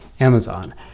Amazon